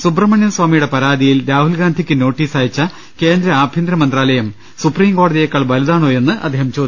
സൂബ്രഹ്മണ്യം സ്വാമിയുടെ പരാതിയിൽ രാഹുൽഗാന്ധിക്ക് നോട്ടീസ് അയച്ച കേന്ദ്ര ആഭ്യന്തരമന്ത്രാലയം സുപ്രീം കോടതിയേക്കാൾ വലുതാണോയെന്ന് അദ്ദേഹം ചോദിച്ചു